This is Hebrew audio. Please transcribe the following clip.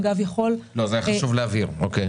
היה חשוב להבהיר את זה.